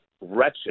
wretched